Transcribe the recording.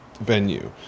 venue